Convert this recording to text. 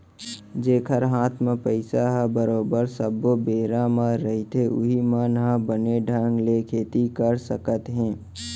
जेखर हात म पइसा ह बरोबर सब्बो बेरा म रहिथे उहीं मन ह बने ढंग ले खेती कर सकत हे